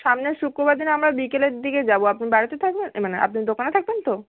সামনের শুক্রবার দিন আমরা বিকেলের দিকে যাবো আপনি বাড়িতে থাকবেন এ মানে আপনি দোকানে থাকবেন তো